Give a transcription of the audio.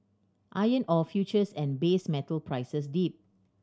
iron ore futures and base metal prices dipped